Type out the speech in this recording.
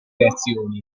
creazioni